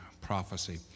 prophecy